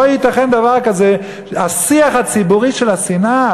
לא ייתכן דבר כזה, השיח הציבורי של השנאה.